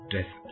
Death